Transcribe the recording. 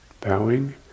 Bowing